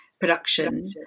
production